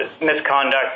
misconduct